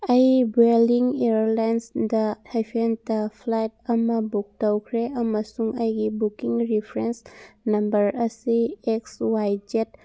ꯑꯩ ꯕꯦꯜꯂꯤꯡ ꯏꯌꯥꯔ ꯂꯥꯏꯟꯁꯗ ꯍꯥꯏꯐꯦꯟꯇ ꯐ꯭ꯂꯥꯏꯠ ꯑꯃ ꯕꯨꯛ ꯇꯧꯈ꯭ꯔꯦ ꯑꯃꯁꯨꯡ ꯑꯩꯒꯤ ꯕꯨꯛꯀꯤꯡ ꯔꯤꯐ꯭ꯔꯦꯟꯁ ꯅꯝꯕꯔ ꯑꯁꯤ ꯑꯦꯛꯁ ꯋꯥꯏ ꯖꯦꯗ